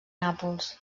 nàpols